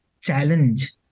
challenge